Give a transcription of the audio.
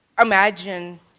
imagine